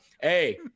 Hey